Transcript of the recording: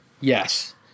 Yes